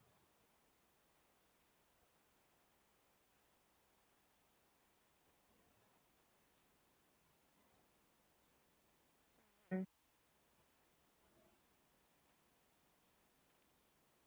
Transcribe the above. mm